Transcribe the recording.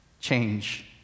change